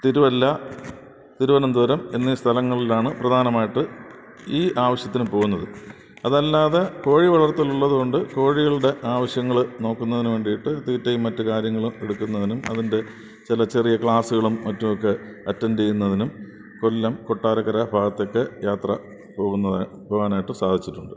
തിരുവല്ല തിരുവനന്തപുരം എന്നീ സ്ഥലങ്ങളിലാണ് പ്രധാനമായിട്ട് ഈ ആവശ്യത്തിനു പോകുന്നത് അതല്ലാതെ കോഴി വളർത്തൽ ഉള്ളതുകൊണ്ട് കോഴികളുടെ ആവശ്യങ്ങൾ നോക്കുന്നതിനു വേണ്ടിയിട്ട് തീറ്റയും മറ്റു കാര്യങ്ങളും എടുക്കുന്നതിനും അതിൻ്റെ ചില ചെറിയ ക്ലാസ്സുകളും മറ്റുമൊക്കെ അറ്റൻ്റ് ചെയ്യുന്നതിനും കൊല്ലം കൊട്ടാരക്കര ഭാഗത്തൊക്കെ യാത്ര പോകുന്നത് പോകാനായിട്ട് സാധിച്ചിട്ടുണ്ട്